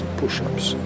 push-ups